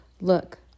look